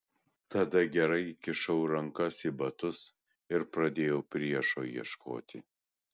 tada gerai įkišau rankas į batus ir pradėjau priešo ieškoti